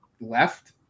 left